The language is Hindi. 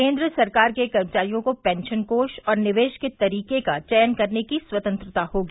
केन्द्र सरकार के कर्मचारियों को पेंशन कोष और निवेश के तरीके का चयन करने की स्वतंत्रता होगी